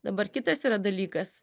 dabar kitas yra dalykas